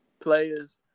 players